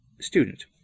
student